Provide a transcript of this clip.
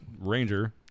ranger